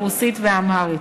הרוסית והאמהרית.